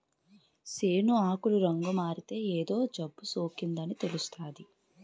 సేను ఆకులు రంగుమారితే ఏదో జబ్బుసోకిందని తెలుస్తాది